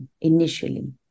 initially